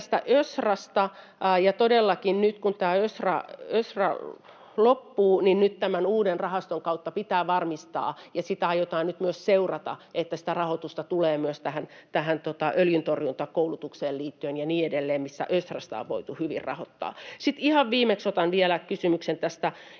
tämä ÖSRA. Todellakin nyt, kun tämä ÖSRA loppuu, tämän uuden rahaston kautta pitää varmistaa — ja sitä aiotaan nyt myös seurata — että sitä rahoitusta tulee myös tähän öljyntorjuntakoulutukseen liittyen ja niin edelleen, mitä ÖSRAsta on voitu hyvin rahoittaa. Sitten ihan viimeiseksi otan vielä kysymyksen edustaja